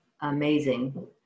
amazing